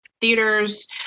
theaters